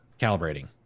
calibrating